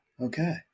Okay